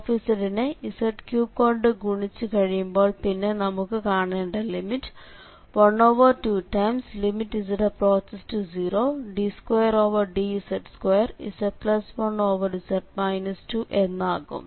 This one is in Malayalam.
f നെ z3 കൊണ്ട് ഗുണിച്ചു കഴിയുമ്പോൾ പിന്നെ നമുക്ക് കാണേണ്ട ലിമിറ്റ് 12z→0d2dz2z1z 2എന്നാകും